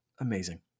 amazing